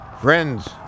Friends